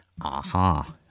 aha